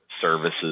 services